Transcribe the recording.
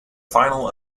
final